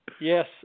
Yes